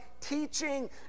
teaching